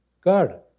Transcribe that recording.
God